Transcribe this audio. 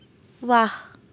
ৱাহ